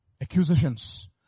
Accusations